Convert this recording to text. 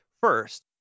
first